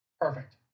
Perfect